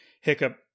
Hiccup